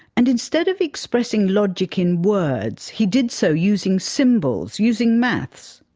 and instead of expressing logic in words, he did so using symbols, using maths.